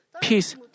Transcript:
peace